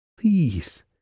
Please